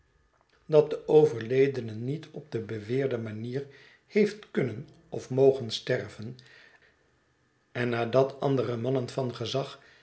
dat de overledene niet op de beweerde manier heeft kunnen of mogen sterven en nadat andere mannen van gezag